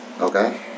Okay